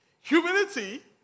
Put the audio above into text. Humility